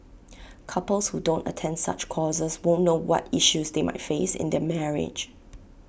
couples who don't attend such courses won't know what issues they might face in their marriage